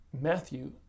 Matthew